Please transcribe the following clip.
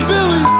Billy